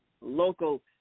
Local